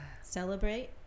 celebrate